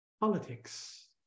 politics